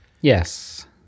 Yes